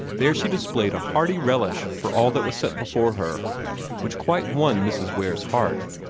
there she displayed a hearty relish for all that was set before her which quite won mrs. ware's heart,